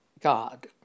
God